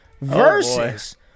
versus